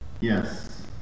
Yes